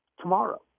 tomorrow